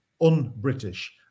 un-British